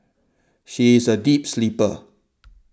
she is a deep sleeper